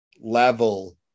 level